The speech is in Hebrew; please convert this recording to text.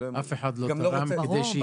אף אחד לא תרם כדי שיפטרו אותו ממשהו.